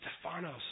Stephanos